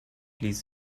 ließ